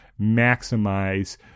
maximize